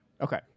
okay